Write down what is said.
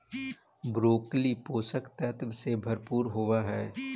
broccoli पोषक तत्व से भरपूर होवऽ हइ